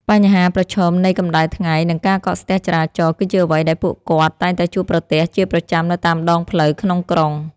បញ្ហាប្រឈមនៃកម្ដៅថ្ងៃនិងការកកស្ទះចរាចរណ៍គឺជាអ្វីដែលពួកគាត់តែងតែជួបប្រទះជាប្រចាំនៅតាមដងផ្លូវក្នុងក្រុង។